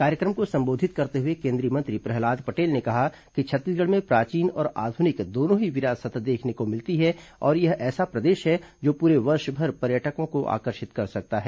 कार्यक्रम को संबोधित करते हुए केंद्रीय मंत्री प्रहलाद पटेल ने कहा कि छत्तीसगढ़ में प्राचीन और आधुनिक दोनों ही विरासत देखने को मिलती है और यह ऐसा प्रदेश है जो पूरे वर्षभर पर्यटकों को आकर्षित कर सकता है